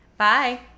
Bye